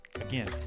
Again